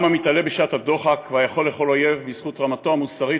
עם המתעלה בשעת דוחק והיכול לכל אויב בזכות רמתו המוסרית,